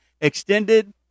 extended